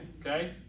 okay